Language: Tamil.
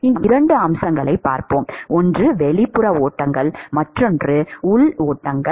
இங்கே நாம் இரண்டு அம்சங்களைப் பார்ப்போம் ஒன்று வெளிப்புற ஓட்டங்கள் மற்றொன்று உள் ஓட்டங்கள்